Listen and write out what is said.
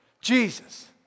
Jesus